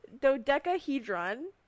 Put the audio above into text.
dodecahedron